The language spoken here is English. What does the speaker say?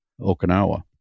Okinawa